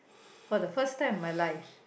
for the first time in my life's